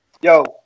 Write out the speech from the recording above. Yo